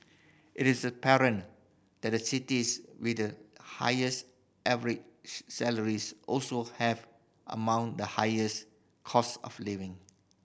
it is apparent that the cities with the highest average salaries also have among the highers cost of living